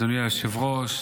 אדוני היושב-ראש,